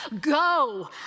Go